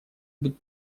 быть